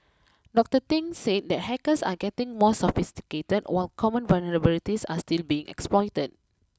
Doctor Thing said that hackers are getting more sophisticated while common vulnerabilities are still being exploited